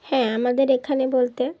হ্যাঁ আমাদের এখানে বলতে